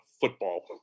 football